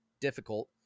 difficult